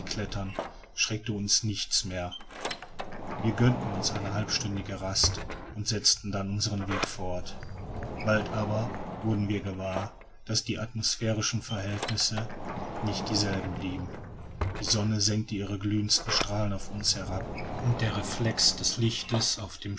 erklettern schreckte uns nichts mehr wir gönnten uns eine halbstündige rast und setzten dann unseren weg fort bald aber wurden wir gewahr daß die atmosphärischen verhältnisse nicht dieselben blieben die sonne senkte ihre glühendsten strahlen auf uns herab und der reflex des lichts auf dem